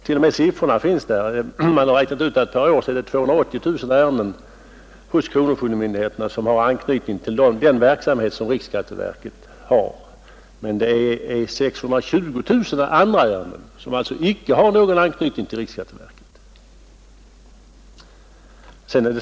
T. o. m. siffrorna finns angivna; man har räknat ut att 280 000 ärenden per år hos kronofogdemyndigheterna har anknytning till den verksamhet som riksskatteverket bedriver, medan det finns 620 000 andra ärenden, som inte har anknytning till riksskatteverket.